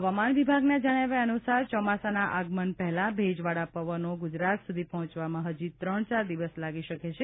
હવામાન વિભાગના જણાવ્યા અનુસાર ચોમાસાના આગમન પહેલા ભેજવાળા પવનો ગુજરાત સુધી પહોંચવામાં હજી ત્રણ ચાર દિવસ લાગી શકે છે